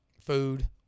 food